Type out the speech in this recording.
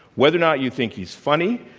whether or not you think he's funny,